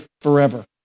forever